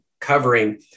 covering